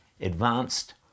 advanced